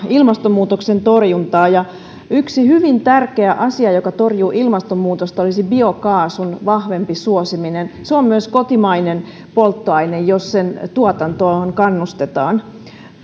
ilmastonmuutoksen torjuntaa yksi hyvin tärkeä asia joka torjuu ilmastonmuutosta olisi biokaasun vahvempi suosiminen se on myös kotimainen polttoaine jos sen tuotantoon kannustetaan